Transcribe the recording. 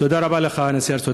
אין שיחות,